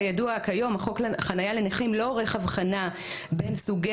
חוק חניה לנכים כיום לא עורך הבחנה בין סוגי